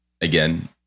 again